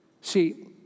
See